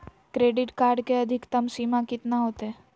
Credit card के अधिकतम सीमा कितना होते?